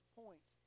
point